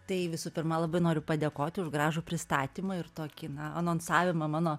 tai visų pirma labai noriu padėkoti už gražų pristatymą ir tokį na anonsavimą mano